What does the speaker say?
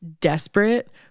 desperate